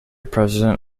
president